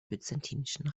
byzantinischen